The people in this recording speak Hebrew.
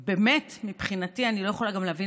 ובאמת מבחינתי אני לא יכולה גם להבין